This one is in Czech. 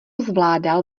zvládal